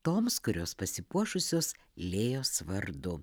toms kurios pasipuošusios lėjos vardu